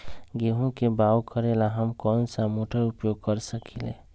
गेंहू के बाओ करेला हम कौन सा मोटर उपयोग कर सकींले?